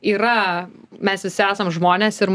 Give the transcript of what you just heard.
yra mes visi esam žmonės ir